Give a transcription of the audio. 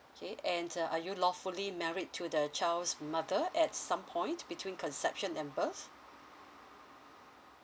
okay and uh are you lawfully married to the child's mother at some point between conception and birth